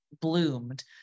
bloomed